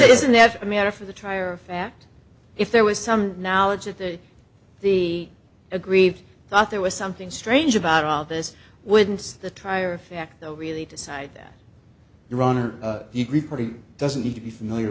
isn't that a matter for the trier of fact if there was some knowledge of the the aggrieved thought there was something strange about all this wouldn't the trier of fact though really decide that the runner doesn't need to be familiar